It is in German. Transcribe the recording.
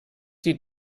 die